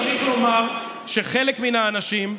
צריך לומר שחלק מן האנשים,